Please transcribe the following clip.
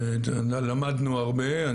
למדנו הרבה,